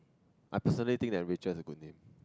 absolute think that we just a good new